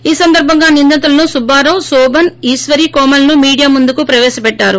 ఈ సందర్బంగా నిందితులు సుబ్బారావు కోభన్ ఈశ్వరి కోమలను మీడియా ముందు ప్రపేశపెట్లారు